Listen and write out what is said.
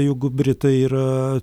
jeigu britai yra